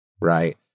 right